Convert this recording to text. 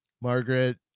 Margaret